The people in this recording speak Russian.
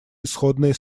исходное